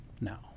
now